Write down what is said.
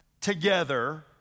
together